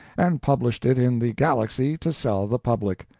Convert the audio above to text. and published it in the galaxy to sell the public.